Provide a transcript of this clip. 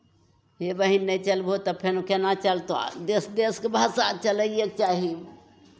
हे बहीन नहि चलबहौ तऽ फेन केना चलतौ देश देशके भाषा चलैएके चाही